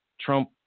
Trump